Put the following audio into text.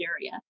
area